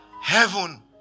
Heaven